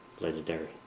legendary